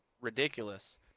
ridiculous